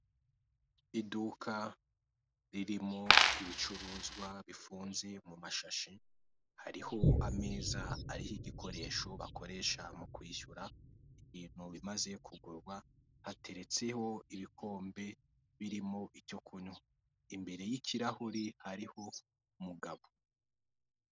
Iduka ririmo ibicuruzwa bifunze mu mashashi hariho ameza ariho igikoresho bakoresha mu kwishyura ibintu bimaze kugurwa hateretseho ibikombe birimo icyo kunywa. Imbere y'ikirahuri hariho umugabo.